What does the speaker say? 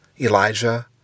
Elijah